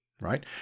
right